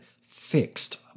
fixed